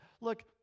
look